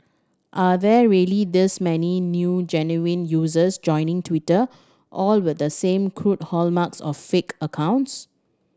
are there really this many new genuine users joining Twitter all with the same crude hallmarks of fake accounts